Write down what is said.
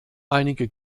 einige